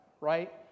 right